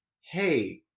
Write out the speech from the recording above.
hey